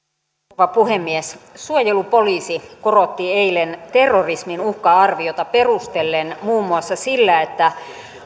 rouva puhemies suojelupoliisi korotti eilen terrorismin uhka arviota perustellen tätä muun muassa sillä että